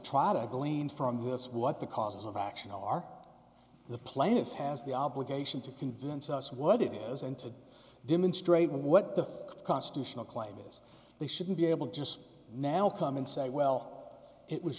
try to glean from this what the causes of action are the plaintiff has the obligation to convince us what it is and to demonstrate what the constitutional claim is they should be able just now come and say well it was